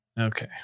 Okay